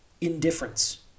indifference